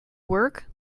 work